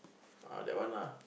ah that one lah